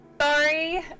Sorry